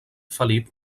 felip